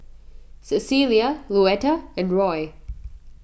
Cecilia Louetta and Roy